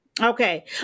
Okay